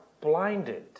blinded